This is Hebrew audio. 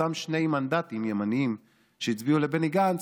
לאותם שני מנדטים ימניים שהצביעו לבני גנץ: